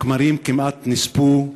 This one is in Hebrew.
הכמרים כמעט נספו,